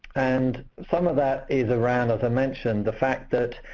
and some of that is around, as i mentioned, the fact that